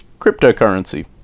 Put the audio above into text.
cryptocurrency